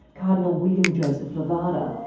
cardinal william joseph levada,